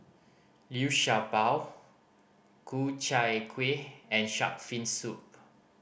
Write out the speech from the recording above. Liu Sha Bao Ku Chai Kuih and Shark's Fin Soup